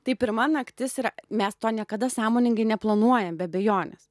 taip pirma naktis yra mes to niekada sąmoningai neplanuojam be abejonės